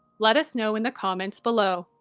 let us know in the comments below.